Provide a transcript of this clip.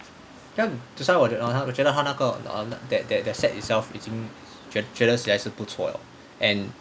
这样 that's why 我觉得觉得我觉得他那个 um that that that stat itself 已经觉得起来还是不错了 and